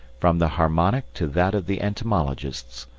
from the harmonic to that of the entomologists,